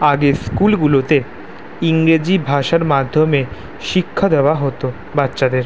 আগে স্কুলগুলোতে ইংরেজি ভাষার মাধ্যমে শিক্ষা দেওয়া হতো বাচ্চাদের